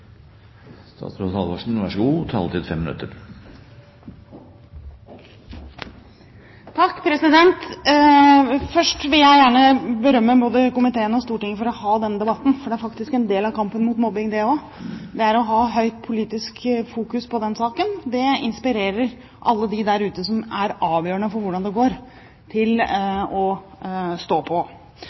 Først vil jeg gjerne berømme både komiteen og Stortinget for å ha denne debatten, for det er faktisk en del av kampen mot mobbing det også. Det å ha høyt politisk fokus på denne saken inspirerer alle de der ute som er avgjørende for hvordan det går, til å stå på.